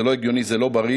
זה לא הגיוני, זה לא בריא.